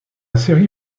série